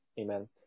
amen